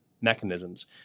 mechanisms